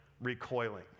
recoiling